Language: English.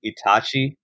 Itachi